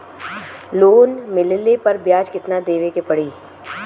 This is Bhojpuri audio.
लोन मिलले पर ब्याज कितनादेवे के पड़ी?